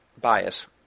bias